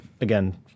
Again